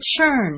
churn